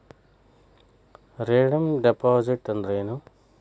Redeem deposit ಅಂದ್ರೇನ್?